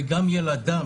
וגם ילדיו,